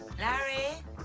larry?